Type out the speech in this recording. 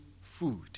food